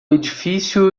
edifício